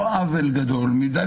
זה לא עוול גדול מדי,